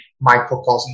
microcosm